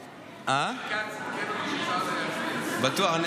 כץ, בטוח.